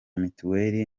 mitiweli